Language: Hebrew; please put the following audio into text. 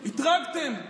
אתרגתם.